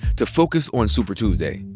to focus on super tuesday.